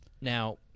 Now